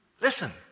Listen